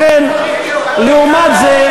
לכן, נגד החוק, לעומת זה,